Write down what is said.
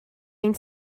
ein